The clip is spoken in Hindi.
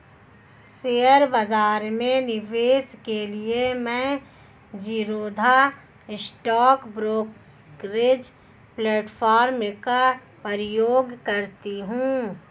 शेयर बाजार में निवेश के लिए मैं ज़ीरोधा स्टॉक ब्रोकरेज प्लेटफार्म का प्रयोग करती हूँ